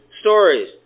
stories